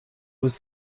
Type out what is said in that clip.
was